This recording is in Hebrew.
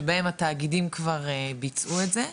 שבהם התאגידים כבר ביצעו את זה,